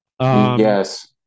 Yes